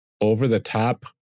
over-the-top